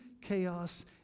chaos